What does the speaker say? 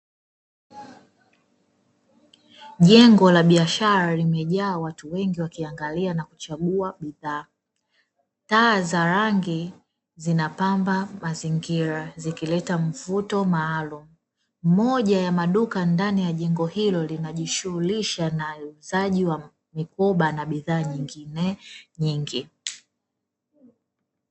Jengo la biashara limejaa watu wengi wakiangalia na kuchagua bidhaa. Taa za rangi zinapamba mazingira zikileta mvuto maalumu. Moja ya maduka ndani ya jengo hilo linajishughulisha na uuzaji wa mikoba na bidhaa nyingine nyingi.